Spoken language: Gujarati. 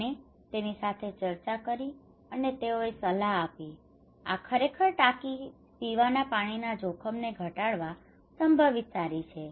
અને તેણે સાથે ચર્ચા કરી અને તેઓએ સલાહ આપી આ ટાંકી ખરેખર પીવાના પાણીના જોખમને ઘટાડવા માટે સંભવિત સારી છે